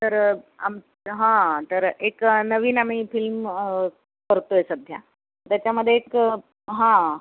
तर आम् हां तर एक नवीन आम्ही फिल्म करतो आहे सध्या त्याच्यामध्ये एक हां